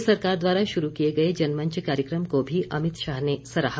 प्रदेश सरकार द्वारा शुरू किए गए जनमंच कार्यक्रम को भी अमित शाह ने सराहा